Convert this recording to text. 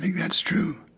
that's true